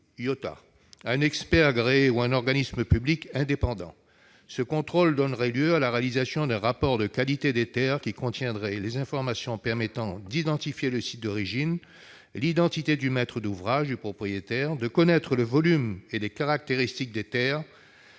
IOTA -, un expert agréé ou un organisme public indépendant. Ce contrôle donnerait lieu à la réalisation d'un rapport de qualité des terres qui contiendrait les informations permettant d'identifier le site d'origine, l'identité du maître d'ouvrage et du propriétaire, de connaître le volume et les caractéristiques des terres